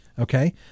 Okay